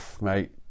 mate